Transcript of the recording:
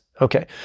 okay